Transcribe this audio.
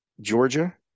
Georgia